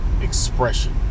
expression